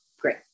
great